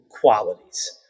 qualities